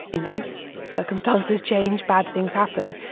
you know circumstances change, bad things happen.